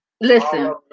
Listen